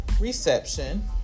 reception